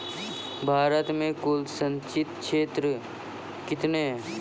भारत मे कुल संचित क्षेत्र कितने हैं?